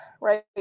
right